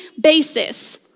basis